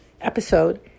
episode